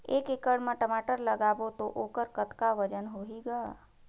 एक एकड़ म टमाटर लगाबो तो ओकर कतका वजन होही ग?